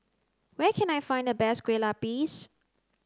where can I find the best kueh lapis